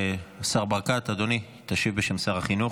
השר ברקת, אדוני, השב בשם שר החינוך.